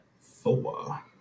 Four